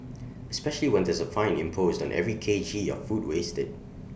especially when there's A fine imposed on every K G of food wasted